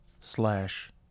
slash